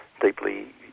deeply